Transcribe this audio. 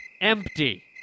empty